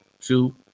two